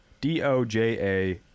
D-O-J-A